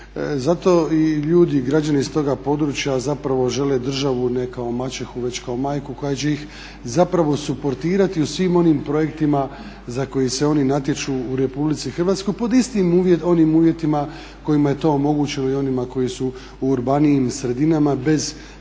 Zato i ljudi, građani s toga područja zapravo žele državu ne kao maćehu već kao majku koja će ih zapravo suportirati u svim onim projektima za koji se oni natječu u Republici Hrvatskoj pod istim onim uvjetima kojima je to omogućeno i onima koji su u urbanijim sredinama bez ikakve